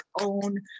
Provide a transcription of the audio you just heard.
own